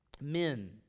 men